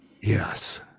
Yes